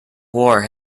war